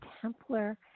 Templar